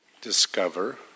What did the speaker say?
discover